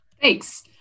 Thanks